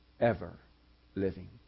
ever-living